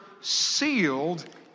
sealed